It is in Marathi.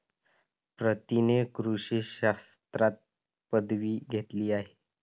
प्रीतीने कृषी शास्त्रात पदवी घेतली आहे